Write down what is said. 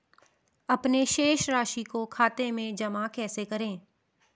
अपने शेष राशि को खाते में जमा कैसे करें?